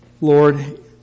Lord